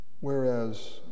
whereas